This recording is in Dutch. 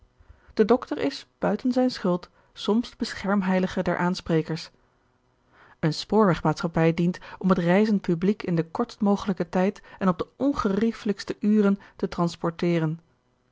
de doctor is buiten zijne schuld soms de beschermheilige der aansprekers eene spoorwegmaatschappij dient om het reizend publiek in den kortst mogelijken tijd en op de ongeriefelijkste uren te transporteren